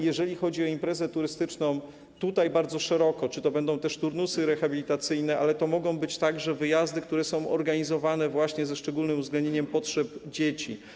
Jeżeli chodzi o imprezę turystyczną, zdefiniowano ją bardzo szeroko: to będą turnusy rehabilitacyjne, to mogą być także wyjazdy, które są organizowane właśnie ze szczególnym uwzględnieniem potrzeb dzieci.